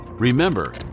Remember